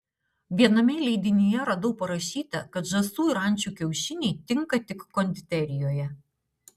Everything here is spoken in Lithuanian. viename leidinyje radau parašyta kad žąsų ir ančių kiaušiniai tinka tik konditerijoje